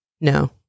No